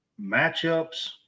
matchups